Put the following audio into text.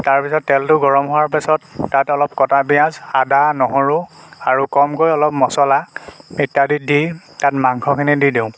তাৰপিছত তেলটো গৰম হোৱাৰ পাছত তাত অলপ কটা পিঁয়াজ আদা নহৰু আৰু কমকৈ অলপ মচলা ইত্যাদি দি তাত মাংসখিনি দি দিওঁ